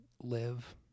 live